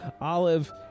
Olive